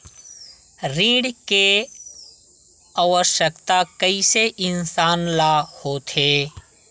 ऋण के आवश्कता कइसे इंसान ला होथे?